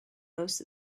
most